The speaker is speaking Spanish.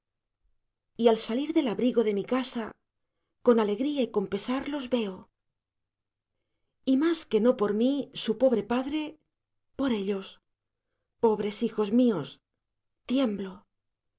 y al salir del abrigo de mi casa con alegría y con pesar los veo y más que no por mí su pobre padre por ellos pobres hijos míos tiemblo